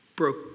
broke